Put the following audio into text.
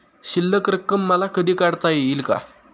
शिल्लक रक्कम मला कधी काढता येईल का?